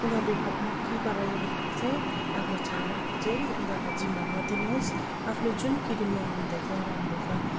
उनीहरूले प मक्खै परायो भनेर चाहिँ आफ्नो छालाको चाहिँ उनीहरूलाई जिम्मा नदिनुहोस् आफूले जुन क्रिम लगाउनु हुँदैछ राम्रो छ